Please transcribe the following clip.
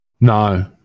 No